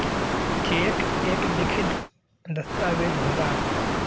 check एक लिखित दस्तावेज होला